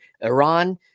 Iran